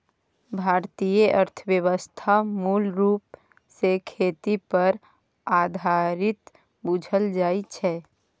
भारतीय अर्थव्यवस्था मूल रूप सँ खेती पर आधारित बुझल जाइ छै